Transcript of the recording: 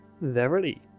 Verily